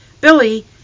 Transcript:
Billy